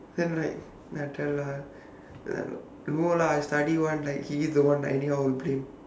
then like like no lah I study one like he is the one that anyhow will